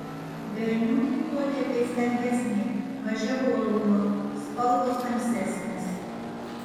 berniukų potėpiai stambesni mažiau uolumo spalvos tamsesnės